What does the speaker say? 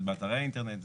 באתרי האינטרנט.